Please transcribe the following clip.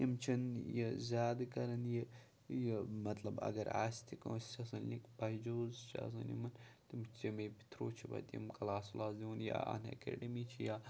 یِم چِھنہٕ یہِ زیادٕ کَران یہِ یہِ مطلب اگر آسہِ تہِ کٲنٛسہِ چھِ آسان لِنٛک بَیجوٗز چھِ آسان یِمَن تِم تہِ چھِ اَمے تھرٛوٗ چھِ پَتہٕ یِم کٕلاس وٕلاس دِوان یا اَن اٮ۪کیڈٔمی چھِ یا